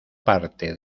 parte